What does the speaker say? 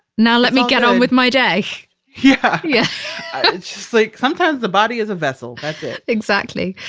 now let me get on with my day yeah yeah, it's just like sometimes the body is a vessel. that's it exactly.